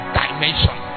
dimension